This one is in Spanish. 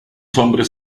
hombres